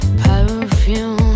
perfume